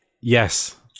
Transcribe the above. yes